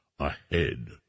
Ahead